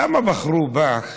למה בחרו בך